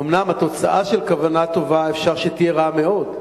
אומנם התוצאה של כוונה טובה אפשר שתהיה רעה מאוד,